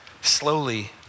slowly